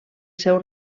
seu